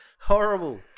Horrible